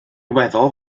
weddol